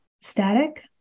static